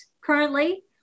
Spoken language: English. currently